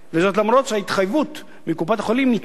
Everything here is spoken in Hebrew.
וזאת למרות שההתחייבות מקופת-החולים ניתנה